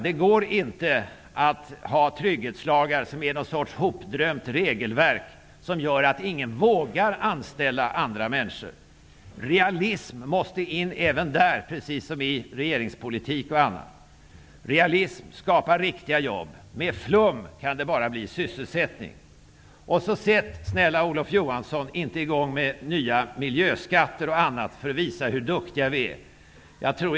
Det går inte att ha trygghetslagar som gör att ingen vågar anställa någon; dessa är något slags hopdrömt regelverk. Realism måste in där precis som i bl.a. regeringspolitiken. Realism skapar riktiga jobb. Med flum kan det bara bli sysselsättning. Och så, snälla Olof Johansson, sätt inte i gång med t.ex. nya miljöskatter för att visa hur duktiga vi är!